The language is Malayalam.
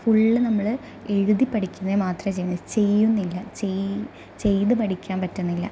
ഫുൾ നമ്മൾ എഴുതി പഠിക്കുന്നത് മാത്രമേ ചെയ്യുന്ന ചെയ്യുന്നില്ല ചെയ് ചെയ്ത് പഠിക്കാൻ പറ്റുന്നില്ല